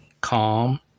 calm